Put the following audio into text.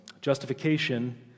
Justification